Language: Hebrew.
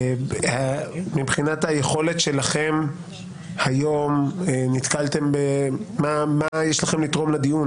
מבחינת היכולת שלכם היום, מה יש לכם לתרום לדיון?